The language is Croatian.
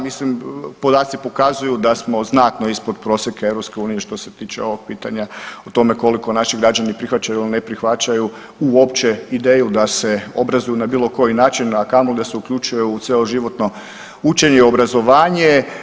Mislim podaci pokazuju da smo znatno ispod prosjeka EU što se tiče ovog pitanja o tome koliko naši građani prihvaćaju ili ne prihvaćaju uopće ideju da se obrazuju na bilo koji način, a kamoli da se uključuje u cjeloživotno učenje i obrazovanje.